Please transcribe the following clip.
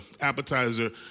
appetizer